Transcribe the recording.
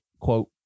quote